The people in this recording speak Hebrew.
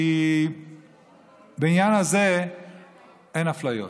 כי בעניין הזה אין אפליות,